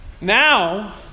Now